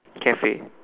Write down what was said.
cafe